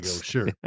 sure